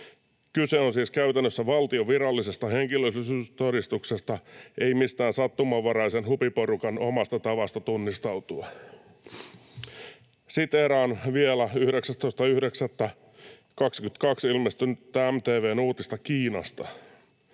Kyse on siis käytännössä valtion virallisesta henkilöllisyystodistuksesta, ei mistään sattumanvaraisen hupiporukan omasta tavasta tunnistautua. Siteeraan vielä 19.9.22 ilmestynyttä MTV:n uutista Kiinasta.